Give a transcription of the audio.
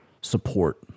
support